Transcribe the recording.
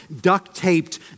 duct-taped